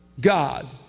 God